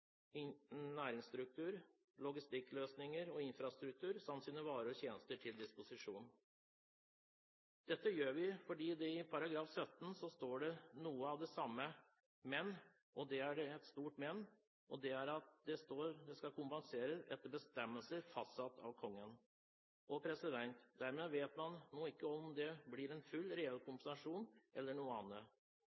næringsstruktur, sine logistikkløsninger og sin infrastruktur samt sine varer og tjenester til disposisjon. Dette gjør vi fordi det i § 17 står noe av det samme, men – og det er et stort men – at det skal kompenseres etter bestemmelser fastsatt av Kongen. Dermed vet man nå ikke om det blir full reell kompensasjon eller noe annet.